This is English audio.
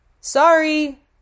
Sorry